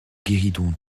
guéridon